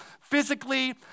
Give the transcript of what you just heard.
physically